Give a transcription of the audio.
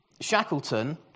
Shackleton